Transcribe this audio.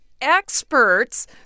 experts